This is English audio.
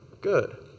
good